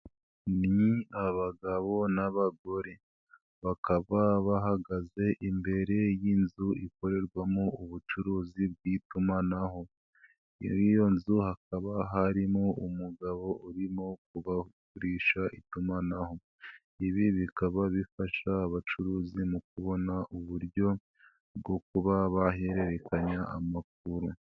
Ni abagabo n'abagore, bakaba bahagaze imbere y'inzu ikorerwamo ubucuruzi bw'itumanaho, iyo nzu hakaba harimo umugabo urimo kubagurisha itumanaho, ibi bikaba bifasha abacuruzi mu kubona uburyo bwo kuba bahererekanya amakuru.